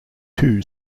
two